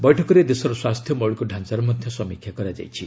ବୈଠକରେ ଦେଶର ସ୍ପାସ୍ଥ୍ୟ ମୌଳିକ ଢାଞ୍ଚାର ମଧ୍ୟ ସମୀକ୍ଷା କରାଯାଇଛି